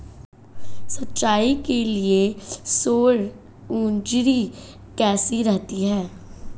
सिंचाई के लिए सौर ऊर्जा कैसी रहती है?